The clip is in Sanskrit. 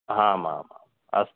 हामामाम् अस्तु